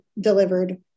delivered